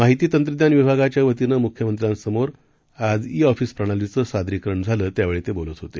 माहिती तंत्रज्ञान विभागाच्या वतीनं मुख्यमंत्र्यांसमोर ई ऑफीस प्रणालीचे सादरीकरण झालं त्यावेळी ते बोलत होते